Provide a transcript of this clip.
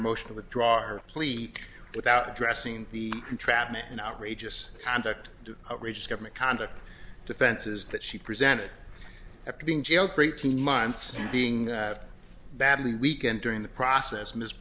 emotional withdraw our pleat without addressing the entrapment and outrageous conduct outrageous government conduct defenses that she presented after being jailed for eighteen months and being badly weakened during the process m